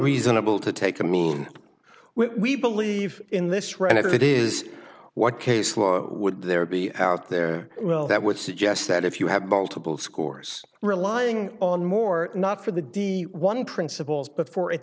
reasonable to take a mean we believe in this right if it is what case law would there be out there well that would suggest that if you have multiple scores relying on more not for the d one principles but for